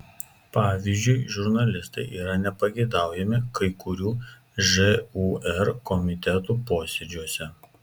pavyzdžiui žurnalistai yra nepageidaujami kai kurių žūr komitetų posėdžiuose